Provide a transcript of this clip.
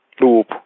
loop